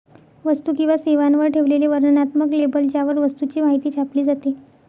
वस्तू किंवा सेवांवर ठेवलेले वर्णनात्मक लेबल ज्यावर वस्तूची माहिती छापली जाते